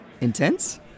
Intense